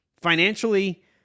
financially